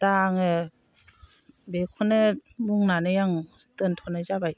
दा आङो बेखौनो बुंनानै आं दोनथ'नाय जाबाय